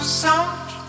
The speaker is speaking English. sound